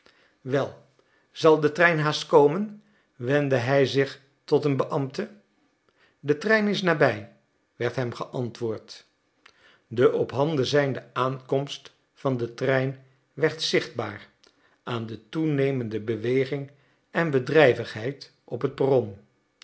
wel zal de trein haast komen wendde hij zich tot een beambte de trein is nabij werd hem geantwoord de op handen zijnde aankomst van den trein werd zichtbaar aan de toenemende beweging en bedrijvigheid op het perron